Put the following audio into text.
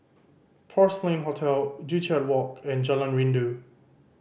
Porcelain Hotel Joo Chiat Walk and Jalan Rindu